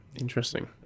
Interesting